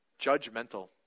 judgmental